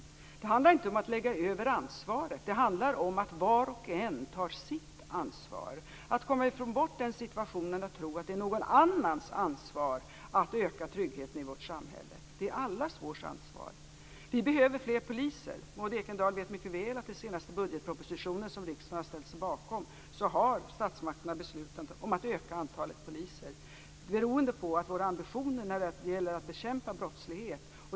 Det handlar inte om att lägga över ansvaret, utan det handlar om att var och en tar sitt ansvar, att komma bort från situationen att tro att det är någon annans ansvar att öka tryggheten i vårt samhälle. Det är allas vårt ansvar. Vi behöver fler poliser. Maud Ekendahl vet mycket väl att i den senaste budgetpropositionen, som riksdagen har ställt sig bakom, har statsmakterna beslutat om att öka antalet poliser. Vår ambition är att bekämpa brottslighet.